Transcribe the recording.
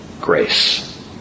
grace